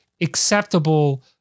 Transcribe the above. acceptable